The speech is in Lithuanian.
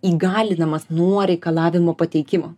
įgalinamas nuo reikalavimo pateikimo